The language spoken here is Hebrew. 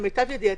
למיטב ידיעתי,